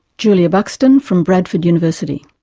julia buxton from bradford university.